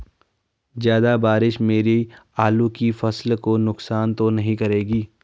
ज़्यादा बारिश मेरी आलू की फसल को नुकसान तो नहीं करेगी?